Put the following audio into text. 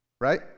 Right